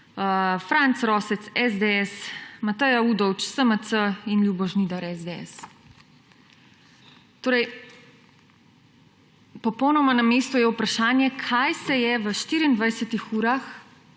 Franc Rosec – SDS, Mateja Udovč – SMC in Ljubo Žnidar – SDS. Torej, popolnoma na mestu je vprašanje, kaj se je v 24-ih urah